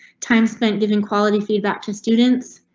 time spent giving quality feedback to students,